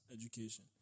education